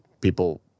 People